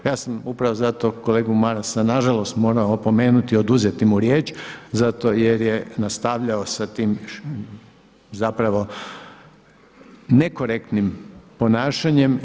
Ja sam upravo zato kolegu Marasa na žalost morao opomenuti, oduzeti mu riječ zato jer je nastavljao sa tim zapravo nekorektnim ponašanjem.